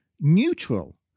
neutral